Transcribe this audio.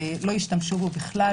לא השתמשו בו בכלל,